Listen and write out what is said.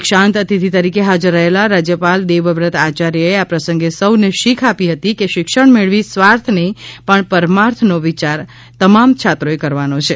દીક્ષાંત અતિથિ તરીકે હાજર રહેલા રાજયપાલ દેવ વ્રત આચાર્ય એ આ પ્રસંગે સૌને શીખ આપી હતી કે શિક્ષણ મેળવી સ્વાર્થ નહીં પણ પરમાર્થ નો વિચાર તમામ છાત્રો એ કરવાનો છે